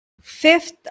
Fifth